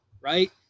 right